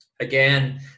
Again